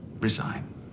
Resign